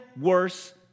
worse